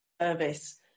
service